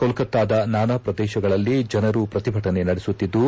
ಕೋಲ್ತತ್ತಾದ ನಾನಾ ಪ್ರದೇಶಗಳಲ್ಲಿ ಜನರು ಪ್ರತಿಭಟನೆ ನಡೆಸುತ್ತಿದ್ದು